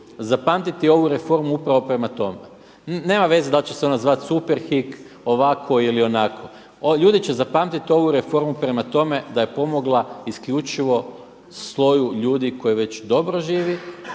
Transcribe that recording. zapamtiti ovu reformu upravo prema tome. Nema veze da li će se ona zvati Superhik ovako ili onako. Ljudi će zapamtit ovu reformu prema tome da je pomogla isključivo sloju ljudi koji već dobro živi